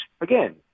again